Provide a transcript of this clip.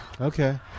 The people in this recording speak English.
Okay